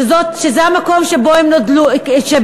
שזה המקום שבו הן נולדו.